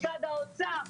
משרד האוצר.